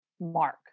mark